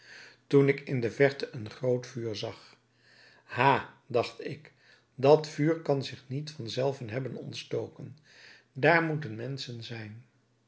toen ik in de verte een groot vuur zag ha dacht ik dat vuur kan zich niet van zelven hebben ontstoken daar moeten menschen zijn